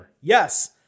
yes